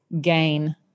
gain